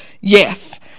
Yes